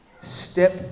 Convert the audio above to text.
Step